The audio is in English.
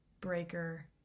breaker